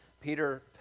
Peter